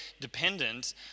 dependent